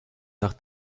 nach